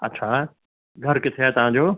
अच्छा घर किथे आहे तव्हांजो